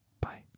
Bye